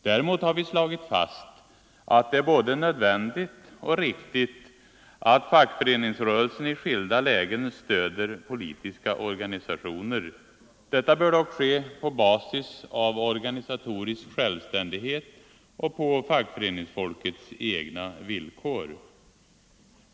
Däremot har vi slagit fast att det är både nödvändigt och riktigt att fackföreningsrörelsen i skilda lägen stöder politiska organisationer. Detta bör dock ske på basis av organisatorisk självständighet och på fackföreningsfolkets egna villkor.